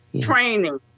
Training